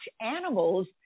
animals